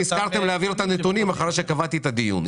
נזכרת להעביר נתונים אחרי שקבעתי את הדיון.